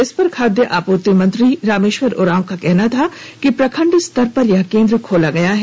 इस पर खाद्य आपूर्ति मंत्री रामेश्वर उरांव का कहना था कि प्रखंड स्तर पर यह केंद्र खोला गया है